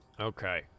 Okay